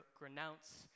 renounce